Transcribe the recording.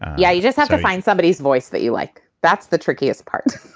yeah, you just have to find somebody voice that you like. that's the trickiest part